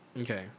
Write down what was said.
Okay